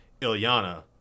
Ilyana